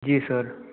जी sir